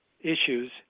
issues